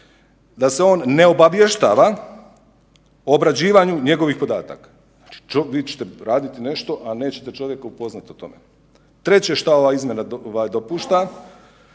da se on ne obavještava o obrađivanju njegovih podataka. Vi ćete raditi nešto, a nećete čovjeka upoznat o tome. Treće šta ova izmjena dopušta,